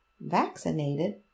vaccinated